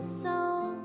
soul